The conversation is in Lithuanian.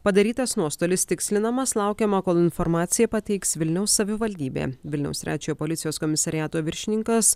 padarytas nuostolis tikslinamas laukiama kol informaciją pateiks vilniaus savivaldybė vilniaus trečiojo policijos komisariato viršininkas